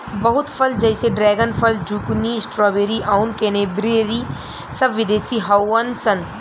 बहुत फल जैसे ड्रेगन फल, ज़ुकूनी, स्ट्रॉबेरी आउर क्रेन्बेरी सब विदेशी हाउअन सा